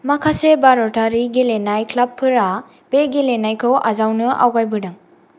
माखासे भारतारि गेलेनाय क्लाबफोरा बे गेलेनायखौ आजावनो आवगायबोदों